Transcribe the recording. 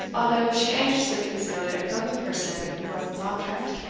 although she anxiously concealed it from the person who was its object.